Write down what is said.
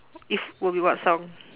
if will be what song